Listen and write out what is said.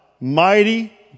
mighty